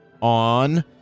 on